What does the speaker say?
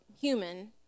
human